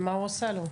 ואת מה שהוא עשה לו?